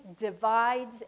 divides